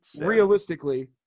realistically